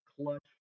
clutch